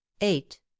Eight